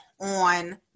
on